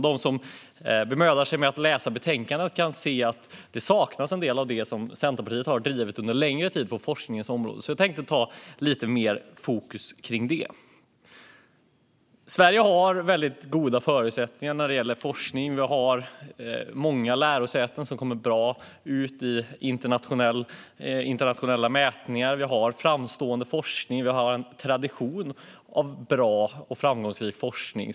De som bemödar sig att läsa betänkandet kan se att det saknas en del av det som Centerpartiet under en längre tid har drivit på forskningens område. Därför tänker jag ha lite mer fokus på det. Sverige har väldigt goda förutsättningar när det gäller forskning. Vi har många lärosäten som står sig bra i internationella mätningar. Vi har framstående forskning. Vi har en tradition av bra och framgångsrik forskning.